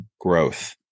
growth